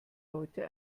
leute